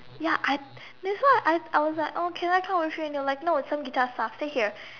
ya I that's why I I was like oh can with you and you were like no I have some guitar stuff stay here